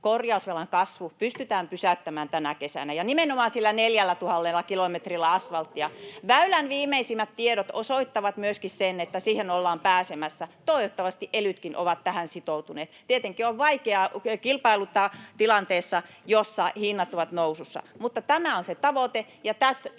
korjausvelan kasvu pystytään pysäyttämään tänä kesänä ja nimenomaan sillä 4 000 kilometrillä asvalttia. Väylän viimeisimmät tiedot osoittavat myöskin sen, että siihen ollaan pääsemässä. Toivottavasti elytkin ovat tähän sitoutuneet. Tietenkin on vaikeaa kilpailuttaa tilanteessa, jossa hinnat ovat nousussa. Mutta tämä on se tavoite,